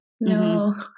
no